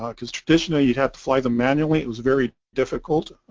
um because traditionally you'd have to fly them manually, it was very difficult.